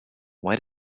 why